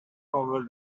over